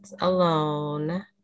alone